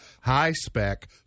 high-spec